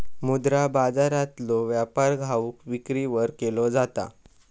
मुद्रा बाजारातलो व्यापार घाऊक विक्रीवर केलो जाता